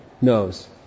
knows